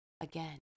again